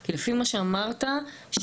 כי לפי מה שאמרת שליש.